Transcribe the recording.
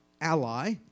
ally